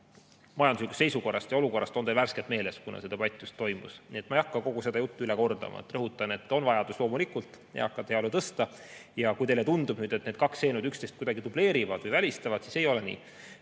majanduslikust olukorrast on teil värskelt meeles, kuna see debatt alles toimus. Nii et ma ei hakka kogu seda juttu üle kordama. Rõhutan, et loomulikult on vajadus eakate heaolu tõsta. Ja kui teile tundub, et need kaks eelnõu üksteist kuidagi dubleerivad või välistavad, siis ei ole nii.